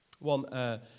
One